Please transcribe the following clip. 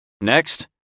Next